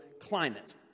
climate